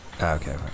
Okay